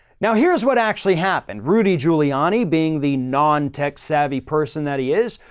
now, here's what actually happened. rudy giuliani being the non tech savvy person that he is,